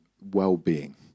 well-being